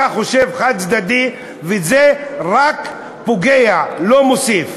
אתה חושב חד-צדדית, וזה רק פוגע, לא מוסיף.